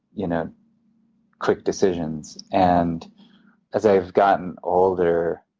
you know quick decisions. and as i've gotten older,